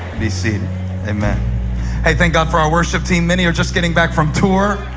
be seen amen hey, thank god for our words fifteen many are just getting back from tour.